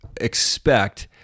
expect